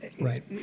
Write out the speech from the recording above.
Right